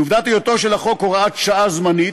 לעובדת היותו של החוק הוראת שעה זמנית,